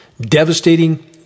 devastating